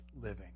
living